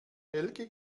helge